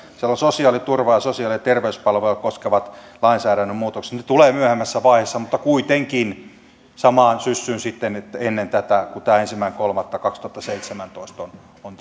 sosiaaliturvaa ja sosiaali ja terveyspalveluja koskevat lainsäädännön muutokset tulevat myöhemmässä vaiheessa mutta kuitenkin samaan syssyyn sitten ennen tätä kun tämä ensimmäinen kolmatta kaksituhattaseitsemäntoista